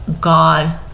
God